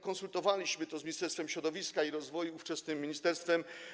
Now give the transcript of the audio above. Konsultowaliśmy to z ministerstwami: środowiska i rozwoju, ówczesnym ministerstwem.